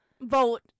Vote